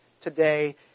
today